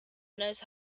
knows